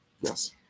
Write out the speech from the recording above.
yes